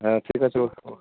হ্যাঁ ঠিক আছে